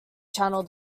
channel